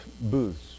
Booths